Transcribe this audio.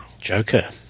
Joker